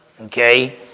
okay